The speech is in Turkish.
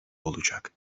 olacak